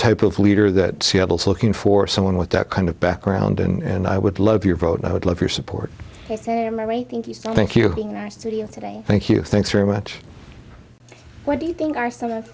type of leader that seattle's looking for someone with that kind of background and i would love your vote i would love your support thank you thank you thanks very much what do you think